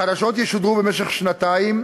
החדשות ישודרו במשך שנתיים,